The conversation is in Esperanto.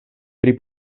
pri